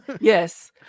yes